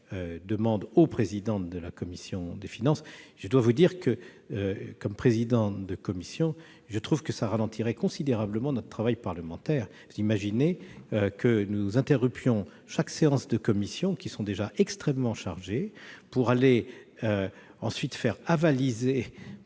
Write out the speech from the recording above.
demande au président de la commission des finances. Comme président de commission, je trouve que cela ralentirait considérablement notre travail parlementaire. Imaginez que nous interrompions toutes les séances de commission, déjà extrêmement chargées, pour aller faire avaliser